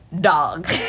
dog